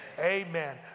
Amen